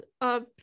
up